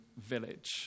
village